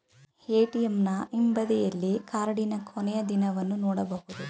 ಎ.ಟಿ.ಎಂನ ಹಿಂಬದಿಯಲ್ಲಿ ಕಾರ್ಡಿನ ಕೊನೆಯ ದಿನವನ್ನು ನೊಡಬಹುದು